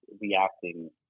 reacting